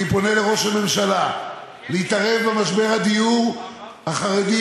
אני פונה לראש הממשלה להתערב במשבר הדיור החרדי